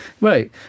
Right